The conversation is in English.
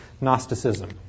Gnosticism